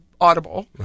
Audible